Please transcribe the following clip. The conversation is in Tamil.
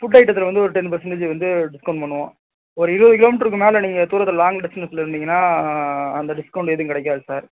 ஃபுட் ஐட்டத்தில் வந்து ஒரு டென் பர்சன்டேஜ் வந்து டிஸ்கௌண்ட் பண்ணுவோம் ஒரு இருபது கிலோமீட்டருக்கு மேலே நீங்கள் தூரத்தில் லாங் டிஸ்டன்ஸில் இருந்தீங்கன்னா அந்த டிஸ்கௌண்ட் எதுவும் கிடைக்காது சார்